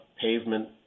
pavement